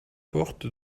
porte